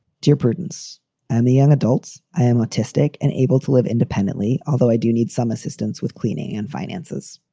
dear prudence and the young adults, i am autistic and able to live independently, although i do need some assistance with cleaning and finances.